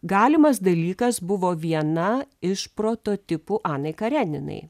galimas dalykas buvo viena iš prototipų anai kareninai